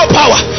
power